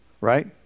Right